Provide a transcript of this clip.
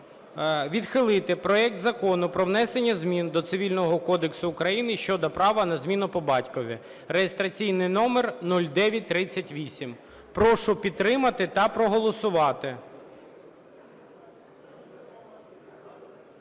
відхилити проект Закону про внесення змін до Цивільного кодексу України (щодо права на зміну по батькові) (реєстраційний номер 0938). Прошу підтримати та проголосувати.